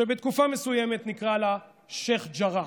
שבתקופה מסוימת נקרא לה שייח' ג'ראח,